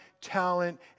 talent